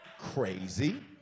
crazy